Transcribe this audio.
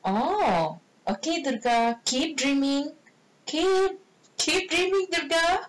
oh okay dudar keep dreaming keep keep dreaming dudar